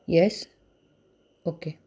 yes okay